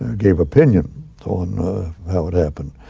gave opinion on how it happened.